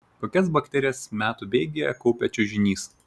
kokias bakterijas metų bėgyje kaupia čiužinys